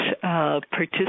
participate